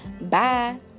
bye